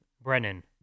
Brennan